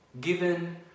given